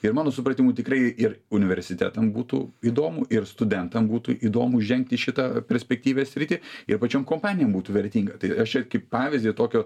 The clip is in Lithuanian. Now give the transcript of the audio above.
ir mano supratimu tikrai ir universitetam būtų įdomu ir studentam būtų įdomu žengti į šitą perspektyvią sritį ir pačiom kompanijom būtų vertinga tai aš čia kaip pavyzdį tokio